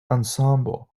ensemble